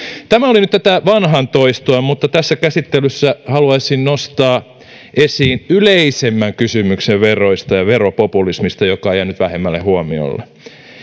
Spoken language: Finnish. tämä oli nyt tätä vanhan toistoa mutta tässä käsittelyssä haluaisin nostaa esiin yleisemmän kysymyksen veroista ja veropopulismista joka on jäänyt vähemmälle huomiolle